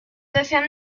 decían